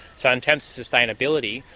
so in terms of sustainability,